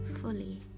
fully